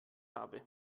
habe